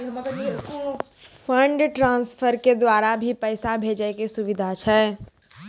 Fund transfer के द्वारा भी पैसा भेजै के सुविधा छै?